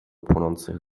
płonących